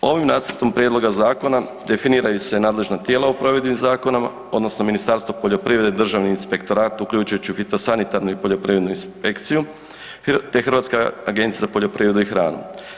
Ovim nacrtom prijedloga zakona definiraju se nadležna tijela u provedbi zakona odnosno Ministarstvo poljoprivrede, Državni inspektorat uključujući fitosanitarnu i poljoprivrednu inspekciju te Hrvatska agencija za poljoprivredu i hranu.